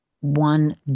one